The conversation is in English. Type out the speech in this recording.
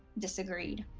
disagreed.